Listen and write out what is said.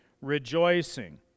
rejoicing